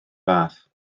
fath